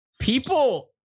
People